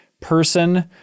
person